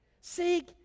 Seek